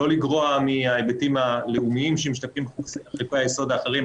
לא לגרוע מההיבטים הלאומיים שמשתקפים בחוקי היסוד האחרים,